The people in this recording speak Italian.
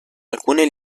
alcune